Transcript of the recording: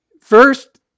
First